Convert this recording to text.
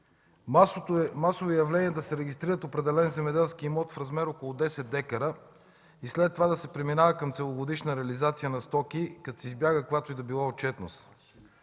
Масово явление е да се регистрира определен земеделски имот в размер от около 10 дка и след това да се преминава към целогодишна реализация на стоки, като се избягва каквато и да било отчетност.